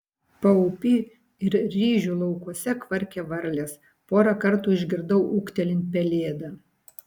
paupy ir ryžių laukuose kvarkė varlės porą kartų išgirdau ūktelint pelėdą